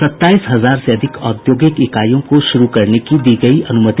सत्ताईस हजार से अधिक औद्योगिक इकाइयों को शुरू करने की दी गयी अनुमति